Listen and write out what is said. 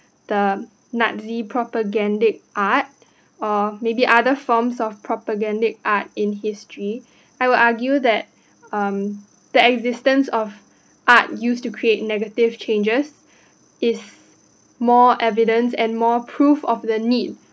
the nazi propagandic art or maybe other forms of propagandic art in history I will argue that um the existence of art used to create negative changes is more evidence and more proof of the need